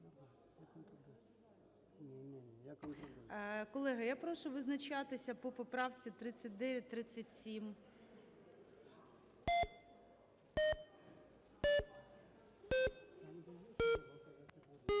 Колеги, я прошу визначатися по поправці. 3937.